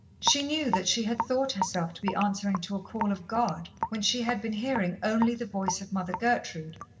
she knew that she had thought herself to be answering to a call of god, when she had been hearing only the voice of mother gertrude,